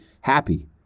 happy